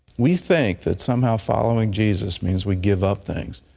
we think that somehow following jesus means we give up things.